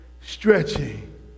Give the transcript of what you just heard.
stretching